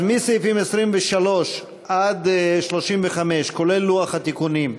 אז מסעיפים 23 עד 35, כולל לוח התיקונים,